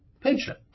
pension